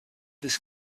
this